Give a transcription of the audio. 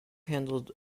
handled